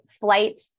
flight